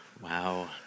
wow